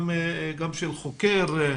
גם של חוקר,